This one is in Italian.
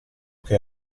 che